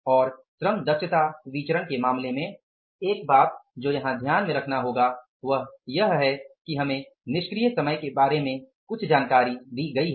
और श्रम दक्षता विचरण के मामले में एक बात जो यहां ध्यान में रखना होगा वह यह है कि हमें निष्क्रिय समय के बारे में कुछ जानकारी दी गई है